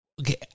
Okay